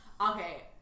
Okay